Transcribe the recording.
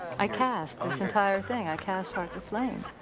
i cast this entire thing, i cast hearts aflame.